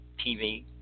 TV